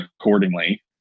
accordingly